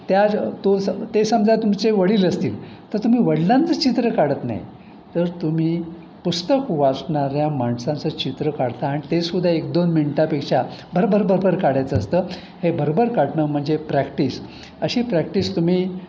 त्याज तो ते समजा तुमचे वडील असतील तर तुम्ही वडिलांचं चित्र काढत नाही तर तुम्ही पुस्तक वाचणाऱ्या माणसांचं चित्र काढता आणि ते सुद्धा एक दोन मिनटापेक्षा भरभर भरभर काढायचं असतं हे भरभर काढणं म्हणजे प्रॅक्टिस अशी प्रॅक्टिस तुम्ही